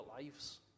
lives